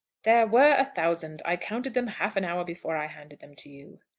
there were a thousand. i counted them half-an-hour before i handed them to you.